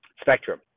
spectrum